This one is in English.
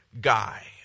guy